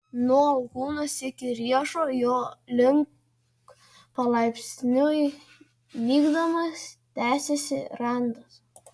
nuo alkūnės iki riešo jo link palaipsniui nykdamas tęsėsi randas